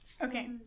Okay